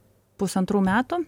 pusantrų metų